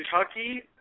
Kentucky